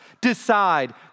decide